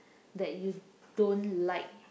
that you don't like